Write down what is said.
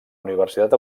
universitat